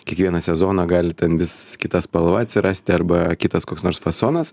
kiekvieną sezoną gali ten vis kita spalva atsirasti arba kitas koks nors fasonas